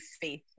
faith